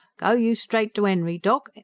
go you straight to enry, doc.